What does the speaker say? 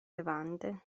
levante